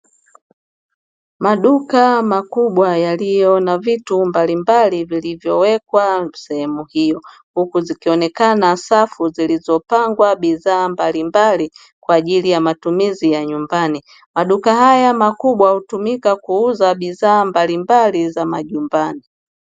Maduka makubwa yaliyo na vitu mbalimbali vilivyowekwa sehemu hiyo huku zikionekana safu zilizopangwa bidhaa mbalimbali kwa ajili ya matumizi ya nyumbani, maduka haya makubwa hutumika kuuza bidhaa mbalimbali za majumbani.